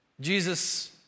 Jesus